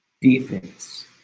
defense